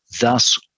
thus